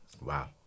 Wow